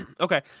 Okay